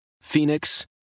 Phoenix